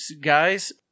Guys